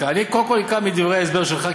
קודם כול אקרא מדברי ההסבר שלך,